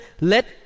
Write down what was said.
let